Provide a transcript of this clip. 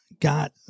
got